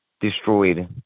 destroyed